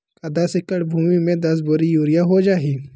का दस एकड़ भुमि में दस बोरी यूरिया हो जाही?